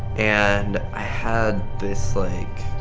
and i had this like,